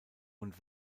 und